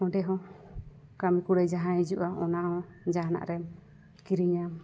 ᱚᱸᱰᱮ ᱦᱚᱸ ᱠᱟᱹᱢᱤ ᱠᱩᱲᱟᱹᱭ ᱡᱟᱦᱟᱸ ᱦᱤᱡᱩᱜᱼᱟ ᱚᱱᱟᱦᱚᱸ ᱡᱟᱦᱟᱱᱟᱜ ᱨᱮᱢ ᱠᱤᱨᱤᱧᱟᱢ